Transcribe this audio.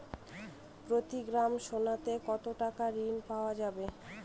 প্রতি গ্রাম সোনাতে কত টাকা ঋণ পাওয়া যাবে?